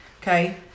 okay